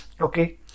okay